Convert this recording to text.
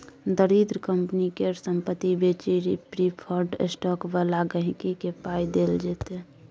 दरिद्र कंपनी केर संपत्ति बेचि प्रिफर्ड स्टॉक बला गांहिकी केँ पाइ देल जेतै